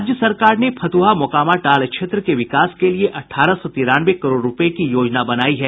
राज्य सरकार ने फतुहा मोकामा टाल क्षेत्र के विकास के लिए अठारह सौ तिरानवे करोड़ रूपये की योजना बनाई है